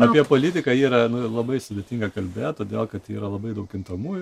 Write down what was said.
apie politiką yra labai sudėtinga kalbėt todėl kad yra labai daug kintamųjų